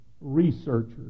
researchers